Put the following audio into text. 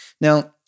Now